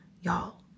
Y'all